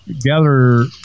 gather